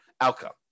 outcome